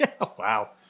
wow